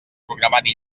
programari